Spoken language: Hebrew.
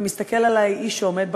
ומסתכל עלי איש שעומד בקופה,